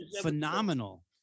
phenomenal